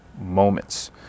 moments